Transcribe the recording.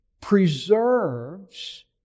preserves